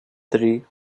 три